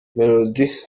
melodie